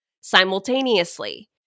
simultaneously